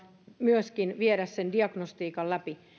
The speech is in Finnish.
myöskin viedä sen diagnostiikan läpi